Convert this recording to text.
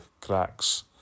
cracks